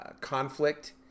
conflict